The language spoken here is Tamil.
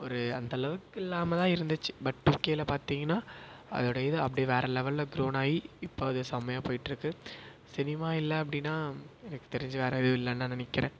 ஒரு அந்த அளவுக்கு இல்லாமல்தான் இருந்துச்சு பட் டூகேயில பார்த்தீங்கனா அதோட இது அப்படி வேறு லெவலில் க்ரோன் ஆயி இப்போ அது செம்மையாக போயிட்டுருக்கு சினிமா இல்லை அப்படின்னா எனக்கு தெரிஞ்சு வேறு எதுவும் இல்லைன்னு நான் நினைக்கிறேன்